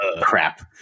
crap